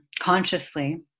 consciously